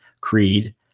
creed